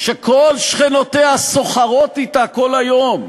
שכל שכנותיה סוחרות אתה כל היום,